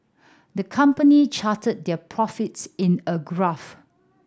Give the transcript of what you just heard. the company charted their profits in a graph